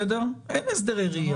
אין הסדרי ראייה.